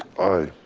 aye.